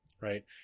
right